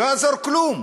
לא יעזור כלום,